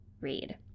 read